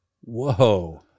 whoa